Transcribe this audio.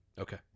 Okay